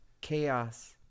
Chaos